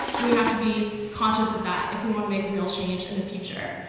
and we have to be conscious of that if we wanna make real change in the future.